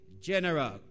general